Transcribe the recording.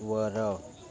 वर